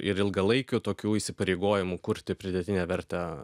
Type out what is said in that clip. ir ilgalaikių tokių įsipareigojimų kurti pridėtinę vertę